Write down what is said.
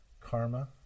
Karma